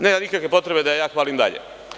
Nema nikakve potrebe da je ja hvalim dalje.